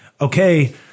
okay